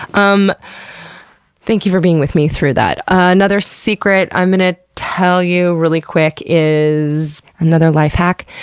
um thank you for being with me through that. another secret i'm gonna tell you really quick is another life hack.